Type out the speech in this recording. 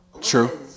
True